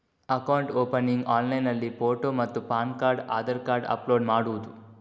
Account opening ಆನ್ಲೈನ್ನಲ್ಲಿ photo ಮತ್ತು PAN card Aadhaar card upload ಮಾಡುವುದು?